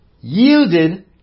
yielded